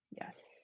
Yes